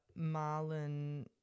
Marlon